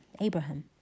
Abraham